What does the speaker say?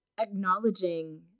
acknowledging